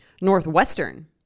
Northwestern